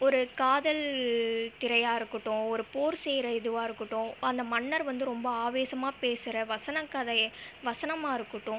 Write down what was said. ஒரு காதல் திரையாக இருக்கட்டும் ஒரு போர் செய்யற இதுவாக இருக்கட்டும் அந்த மன்னர் வந்து ரொம்ப ஆவேசமாக பேசுகிற வசனங்கதையை வசனமாக இருக்கட்டும்